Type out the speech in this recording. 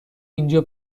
اینجا